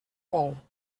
vol